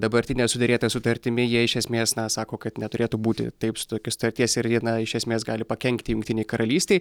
dabartine suderėta sutartimi jie iš esmės na sako kad neturėtų būti taip su tokiu sutarties ir ji na iš esmės gali pakenkti jungtinei karalystei